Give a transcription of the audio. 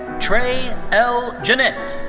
trae l. jennette.